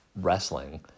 wrestling